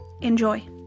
enjoy